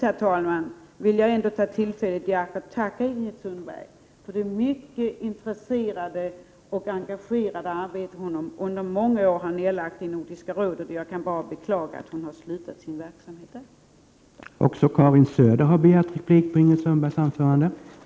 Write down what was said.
Till slut vill jag ta tillfället i akt och tacka Ingrid Sundberg för det mycket intresserade och engagerade arbete hon under många år har lagt ned i Nordiska rådet. Jag kan bara beklaga att hon har slutat sin verksamhet där.